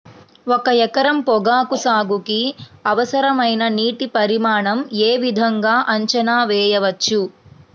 ఒక ఎకరం పొగాకు సాగుకి అవసరమైన నీటి పరిమాణం యే విధంగా అంచనా వేయవచ్చు?